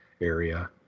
area